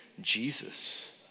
Jesus